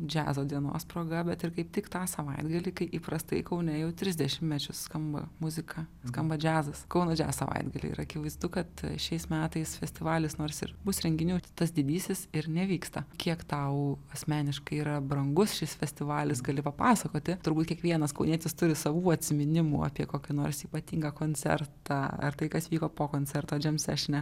džiazo dienos proga bet ir kaip tik tą savaitgalį kai įprastai kaune jau tris dešimmečius skamba muzika skamba džiazas kauno džiaz savaitgalį ir akivaizdu kad šiais metais festivalis nors ir bus renginių tas didysis ir nevyksta kiek tau asmeniškai yra brangus šis festivalis gali papasakoti turbūt kiekvienas kaunietis turi savų atsiminimų apie kokį nors ypatingą koncertą ar tai kas vyko po koncerto džemsešene